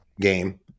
game